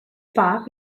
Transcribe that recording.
park